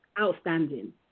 outstanding